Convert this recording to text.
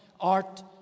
art